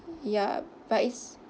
ya but it's